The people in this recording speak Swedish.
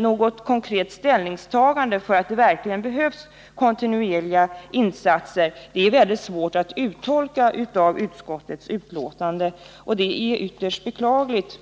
Något konkret ställningstagande för att kontinuerliga insatser verkligen behövs är emellertid väldigt svårt att utläsa i utskottsbetänkandet, och det är ytterst beklagligt.